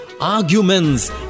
arguments